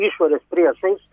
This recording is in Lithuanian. išorės priešais